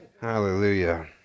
Hallelujah